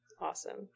Awesome